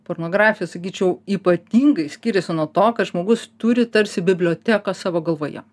pornografija sakyčiau ypatingai skiriasi nuo to kad žmogus turi tarsi biblioteką savo galvoje